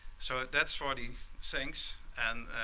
so if that's what he thinks and